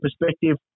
perspective